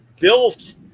built